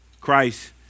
Christ